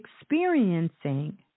experiencing